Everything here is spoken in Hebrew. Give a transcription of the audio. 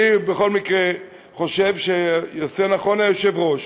אני בכל מקרה חושב שנכון יעשה היושב-ראש